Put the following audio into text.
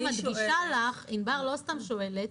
ענבר לא סתם שואלת,